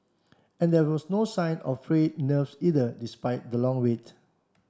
and there was no sign of frayed nerves either despite the long wait